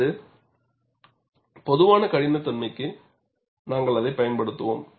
ஒரு பொதுவான கடினத்தன்மைக்கு நாங்கள் அதை பயன்படுத்துவோம்